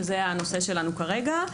שזה הנושא שלנו כרגע,